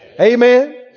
Amen